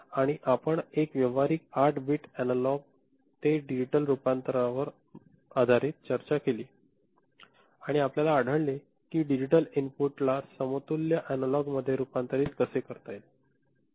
आणि आपण एक व्यावहारिक 8 बिट अॅनालॉग ते डिजीटल रूपांतरावर देखील चर्चा केली आणि आपल्याला आढळले की डिजिटल इनपुटला समतुल्य अनालॉग मध्ये रुपांतरित कसे करता येईल